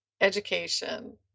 education